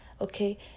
Okay